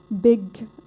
big